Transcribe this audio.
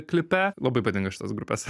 klipe labai patinka šitos grupės